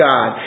God